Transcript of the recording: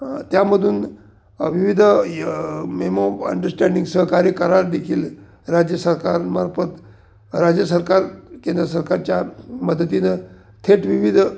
त्यामधून विविध य मेमो अंडरस्टँडिंग सहकार्य करार देखील राज्य सरकारमार्फत राज्य सरकार केंद्र सरकारच्या मदतीनं थेट विविध